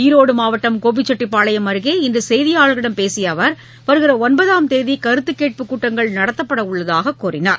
ஈரோடு மாவட்டம் கோபிச்செட்டிபாளையம் அருகே இன்று செய்தியாளர்களிடம் பேசிய அவர் வருகிற ஒன்பதாம் தேதி கருத்துக்கேட்பு கூட்டங்கள் நடத்தப்பட உள்ளதாக கூறினார்